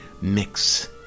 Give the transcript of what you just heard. mix